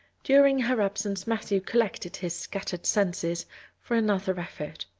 during her absence matthew collected his scattered senses for another effort.